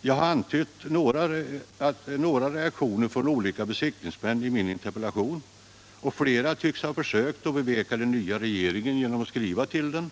Jag har i min interpellation antytt några reaktioner från olika besiktningsmän, - Nr 26 och flera tycks ha försökt att beveka den nya regeringen genom att skriva Måndagen den till den.